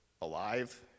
alive